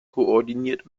koordiniert